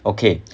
okay